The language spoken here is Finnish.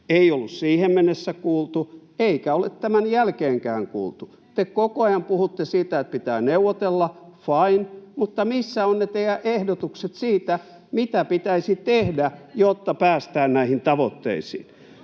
Ei ollut siihen mennessä kuultu, eikä ole tämän jälkeenkään kuultu. Te koko ajan puhutte siitä, että pitää neuvotella, fine, mutta missä ovat ne teidän ehdotuksenne siitä, mitä pitäisi tehdä, jotta päästään näihin tavoitteisiin?